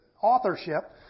authorship